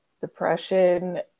depression